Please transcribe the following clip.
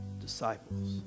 disciples